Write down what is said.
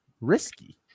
risky